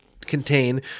contain